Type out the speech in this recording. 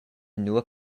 nua